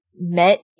met